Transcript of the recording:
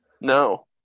No